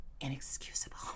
inexcusable